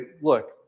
look